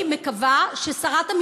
ולכן, אני מקווה ששרת המשפטים,